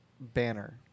banner